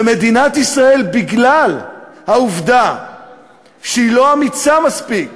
ומדינת ישראל, בגלל העובדה שהיא לא אמיצה מספיק